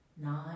nine